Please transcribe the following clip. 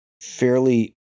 fairly